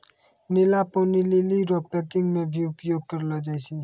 नीला पानी लीली रो पैकिंग मे भी उपयोग करलो जाय छै